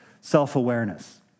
self-awareness